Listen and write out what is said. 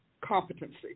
competency